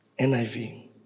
NIV